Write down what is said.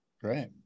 great